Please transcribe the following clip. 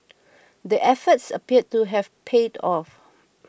the efforts appear to have paid off